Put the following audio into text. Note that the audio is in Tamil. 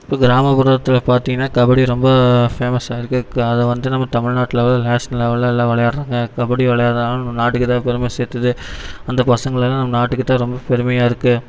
கிராமப்புறத்தில் பார்த்திங்கனா கபடி ரொம்ப ஃபேமஸ்ஸாக இருக்கு அதை வந்து நம்ம தமிழ்நாட்டில் லெவலில் நேஷ்னல் லெவலில் எல்லாம் விளையாட்றாங்க கபடி விளையாட்றாங்க நம்ம நாட்டுக்கு ஏதாவது பெருமை சேர்த்தது அந்த பசங்களால் நம்ம நாட்டுக்கு தான் ரொம்ப பெருமையாக இருக்கு